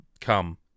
come